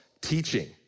teaching